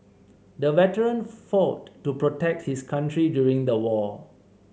the veteran fought to protect his country during the war